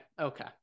okay